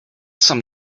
some